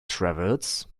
travels